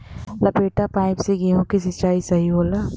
लपेटा पाइप से गेहूँ के सिचाई सही होला?